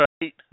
right